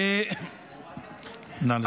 נא לסיים.